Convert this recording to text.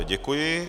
Děkuji.